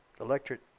Electric